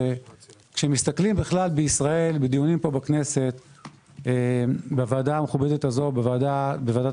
כשמסתכלים בכלל בישראל בדיונים פה בכנסת בוועדה המכובדת הזו וגם בוועדת